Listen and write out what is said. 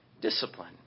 discipline